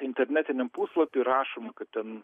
internetiniam puslapy rašoma kad ten